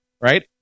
right